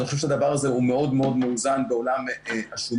אני חושב שהדבר הזה הוא מאוד מאוד מאוזן בעולם השומות.